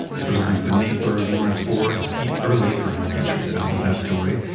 special thanks to nate berg, lawrence bohr, and pete early for helping sharif out with that story.